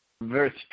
Verse